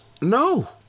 No